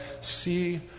see